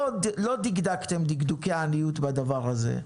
לא דקדקתם דקדוקי עניות בדבר הזה,